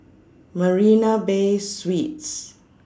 Marina Bay Suites